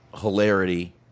hilarity